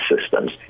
systems